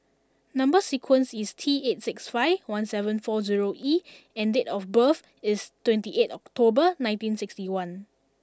number sequence is T eight six five one seven four zero E and date of birth is twenty eight October nineteen sixty one